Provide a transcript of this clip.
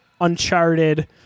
Uncharted